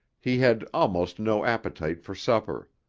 he had almost no appetite for supper.